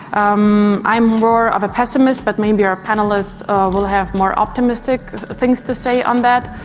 um i'm more of a pessimist but maybe our panellists ah will have more optimistic things to say on that.